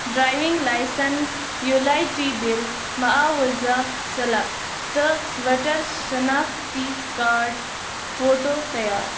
driving licence یوٗ لایٹی bill معاوضہٕ سِلَپ تہٕ وَاٹَر شِناختی کارڈ فوٹوٗ تیار